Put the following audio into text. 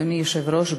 אדוני היושב-ראש,